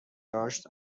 داشت